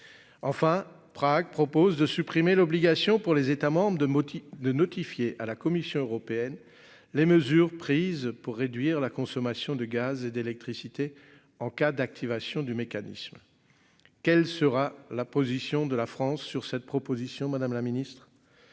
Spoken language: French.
Enfin, Prague propose de supprimer l'obligation pour les États membres de motifs de notifier à la Commission européenne. Les mesures prises pour réduire la consommation de gaz et d'électricité en cas d'activation du mécanisme. Quelle sera la position de la France sur cette proposition, madame la Ministre.